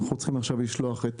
אנחנו צריכים לשלוח את